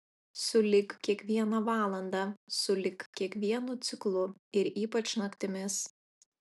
sulig kiekviena valanda sulig kiekvienu ciklu ir ypač naktimis